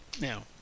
Now